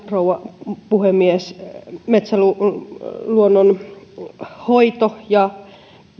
rouva puhemies metsäluonnonhoito ja